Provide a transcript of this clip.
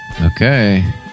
Okay